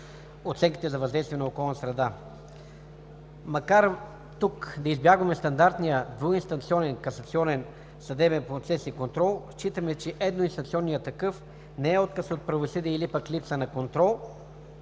оценките за въздействие на околната среда. Макар тук да избягваме стандартния двуинстанционен касационен съдебен процес и контрол, считаме, че едноинстанционният такъв не е отказ от правосъдие или пък липса на контрол,